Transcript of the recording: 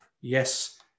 Yes